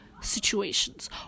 situations